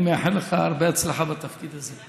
אני מאחל לך הרבה הצלחה בתפקיד הזה.